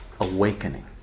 awakening